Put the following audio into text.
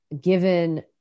given